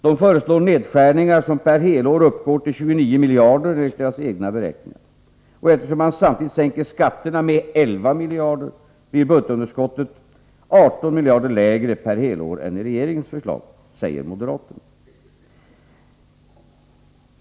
De förslår nedskärningar som per helår uppgår till 29 miljarder kronor, enligt deras egna beräkningar. Eftersom man samtidigt sänker skatterna med 11 miljarder blir budgetunderskottet 18 miljarder lägre per helår än i regeringens förslag, säger moderaterna.